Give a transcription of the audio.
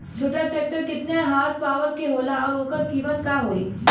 छोटा ट्रेक्टर केतने हॉर्सपावर के होला और ओकर कीमत का होई?